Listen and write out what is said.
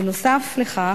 בנוסף לכך,